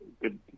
Good